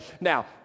Now